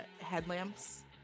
headlamps